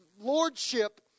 lordship